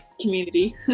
community